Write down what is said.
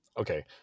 okay